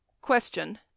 Question